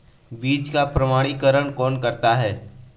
बीज का प्रमाणीकरण कौन करता है?